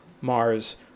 Mars